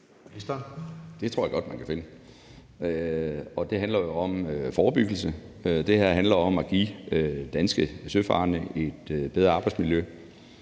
Det tror jeg godt man kan finde. Det handler jo om forebyggelse. Det her handler om at give danske søfarende et bedre arbejdsmiljø.